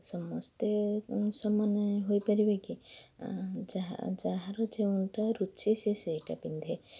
ସମସ୍ତେ ସମାନ ହୋଇପାରିବେ କି ଆଁ ଯାହା ଯାହାର ଯେଉଁଟା ରୁଚି ସେ ସେଇଟା ପିନ୍ଧେ